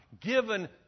given